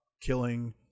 killing